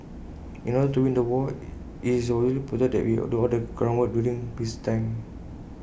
in order to win the war IT is absolutely important that we do all the groundwork during peacetime